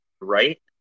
right